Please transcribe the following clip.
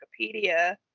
wikipedia